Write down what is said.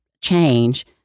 change